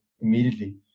immediately